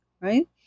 right